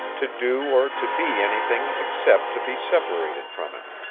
to do or to be anything except to be separated from him.